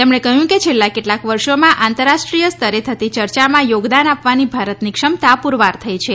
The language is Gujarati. તેમણે કહ્યું કે છેલ્લા કેટલાંક વર્ષોમાં આંતરરાષ્ટ્રીય સ્તરે થતી ચર્ચામાં યોગદાન આપવાની ભારતની ક્ષમતા પૂરવાર થઇ છે